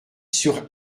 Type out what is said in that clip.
sur